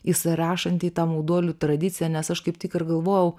įsirašantį į tą mauduolių tradicija nes aš kaip tik ir galvojau